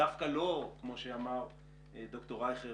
דווקא לא כמו שאמר ד"ר רייכר,